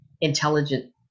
intelligent